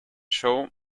show